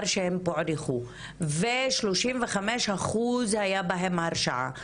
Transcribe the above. שהם פוענחו ו-35 אחוז היתה בהם הרשעה,